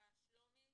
תודה רבה שלומי.